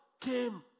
came